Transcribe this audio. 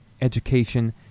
education